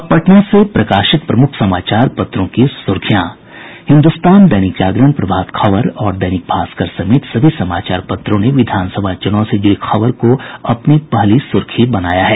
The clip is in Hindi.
अब पटना से प्रकाशित प्रमुख समाचार पत्रों की सुर्खियां हिन्दुस्तान दैनिक जागरण प्रभात खबर और दैनिक भास्कर समेत सभी समाचार पत्रों ने विधान सभा चुनाव से जुड़ी खबर को अपनी प्रमुख सुर्खी बनाया है